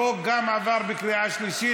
החוק גם עבר בקריאה שלישית.